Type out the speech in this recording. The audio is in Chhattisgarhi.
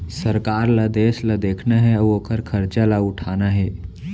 सरकार ल देस ल देखना हे अउ ओकर खरचा ल उठाना हे